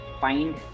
find